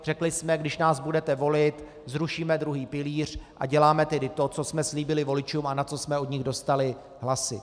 Řekli jsme: když nás budete volit, zrušíme druhý pilíř, a děláme tedy to, co jsme slíbili voličům a na co jsme od nich dostali hlasy.